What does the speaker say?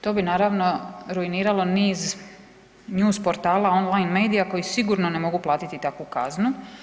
To bi naravno ruiniralo niz news portala, online medija koji sigurno ne mogu platiti takvu kaznu.